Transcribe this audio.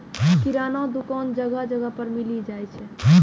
किराना दुकान जगह जगह पर मिली जाय छै